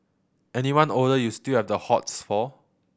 anyone older you still have the hots for